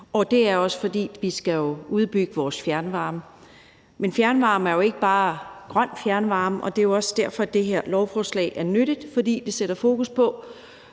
og det er også, fordi vi skal udbygge vores fjernvarme. Men fjernvarme er ikke bare grøn fjernvarme, og det er jo også derfor, det her lovforslag er nyttigt, for det sætter jo fokus på,